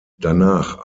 danach